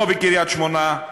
לא בקריית-שמונה,